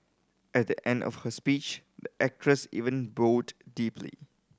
at the end of her speech the actress even bowed deeply